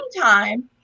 time